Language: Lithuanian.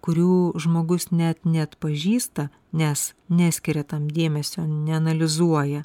kurių žmogus net neatpažįsta nes neskiria tam dėmesio neanalizuoja